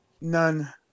None